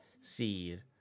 seed